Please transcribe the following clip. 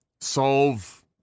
solve